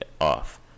off